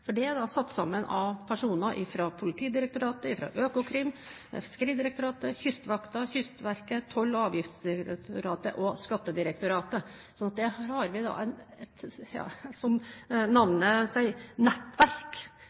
Det er satt sammen av personer fra Politidirektoratet, Økokrim, Fiskeridirektoratet, Kystvakten, Kystverket, Toll- og avgiftsdirektoratet og Skattedirektoratet. Så der har vi – som navnet sier – et nettverk av personer fra forskjellige institusjoner som